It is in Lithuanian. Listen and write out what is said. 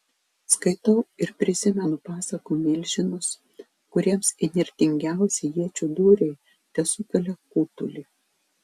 skaitau ir prisimenu pasakų milžinus kuriems įnirtingiausi iečių dūriai tesukelia kutulį